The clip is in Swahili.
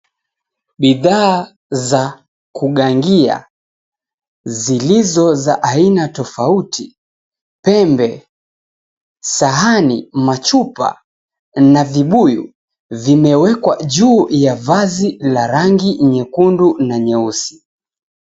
Bidhaa za kugangia zilizo za aina tofauti, pembe, sahani, machupa na vibuyu, zimewekwa juu ya vazi la rangi nyekundu na nyeusi.